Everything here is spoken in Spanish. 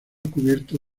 cubierto